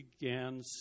began